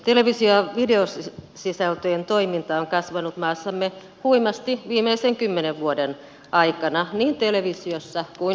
televisio ja videosisältöjen toiminta on kasvanut maassamme huimasti viimeisen kymmenen vuoden aikana niin televisiossa kuin internetissäkin